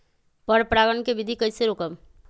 पर परागण केबिधी कईसे रोकब?